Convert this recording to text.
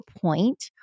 point